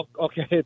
okay